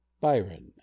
byron